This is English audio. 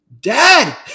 dad